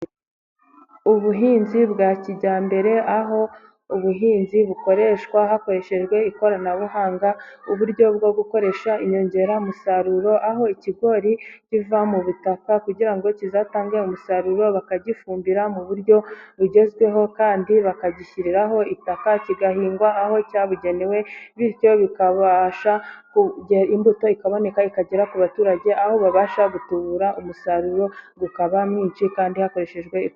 Ubuhinzi bwa kijyambere, aho ubuhinzi bukoreshwa hakoreshejwe ikoranabuhanga, uburyo bwo gukoresha inyongeramusaruro, aho ikigori kiva mu butaka kugira ngo kizatange umusaruro bakagifumbira mu buryo bugezweho, kandi bakagishyiriraho itaka kigahingwa aho cyabugenewe , bityo bikabasha imbuto ikaboneka ikagera ku baturage ,aho babasha gutubura umusaruro ukaba mwinshi, kandi hakoreshejwe ifumbire.